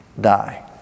die